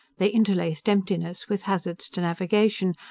they interlaced emptiness with hazards to navigation,